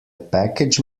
package